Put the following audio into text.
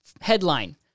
Headline